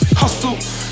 Hustle